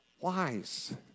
wise